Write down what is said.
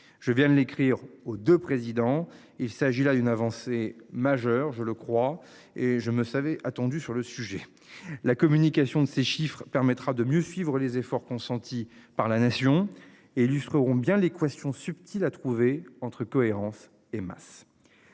Je viens de l'écrire aux 2 présidents. Il s'agit là d'une avancée majeure. Je le crois et je me savais attendu sur le sujet. La communication de ces chiffres permettra de mieux suivre les efforts consentis par la nation et illustreront bien l'équation subtile à trouver entre cohérence et masse.